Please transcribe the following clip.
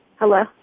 Hello